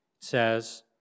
says